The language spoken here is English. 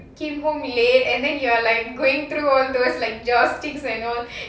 came home late and then you are like going through all those like joss sticks and all